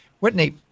Whitney